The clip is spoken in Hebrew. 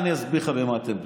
אני אסביר לך ממה אתם בנויים.